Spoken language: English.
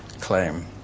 claim